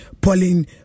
Pauline